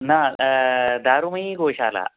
न दारुमयी गोशाला